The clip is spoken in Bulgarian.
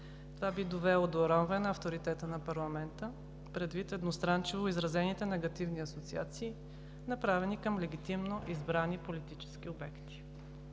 Това би довело до уронване на авторитета на парламента предвид едностранчиво изразените негативни асоциации, направени към легитимно избрани политически обекти